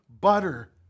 butter